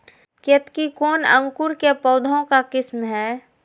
केतकी कौन अंकुर के पौधे का किस्म है?